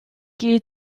geht